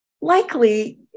likely